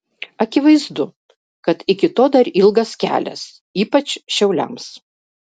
akivaizdu kad iki to dar ilgas kelias ypač šiauliams